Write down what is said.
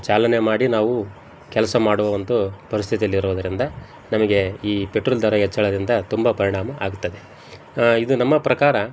ಚಾಲನೆ ಮಾಡಿ ನಾವು ಕೆಲಸ ಮಾಡುವ ಒಂದು ಪರ್ಸ್ಥಿತಿಯಲ್ಲಿರುವುದ್ರಿಂದ ನಮಗೆ ಈ ಪೆಟ್ರೋಲ್ ದರ ಹೆಚ್ಚಳದಿಂದ ತುಂಬ ಪರಿಣಾಮ ಆಗ್ತದೆ ಇದು ನಮ್ಮ ಪ್ರಕಾರ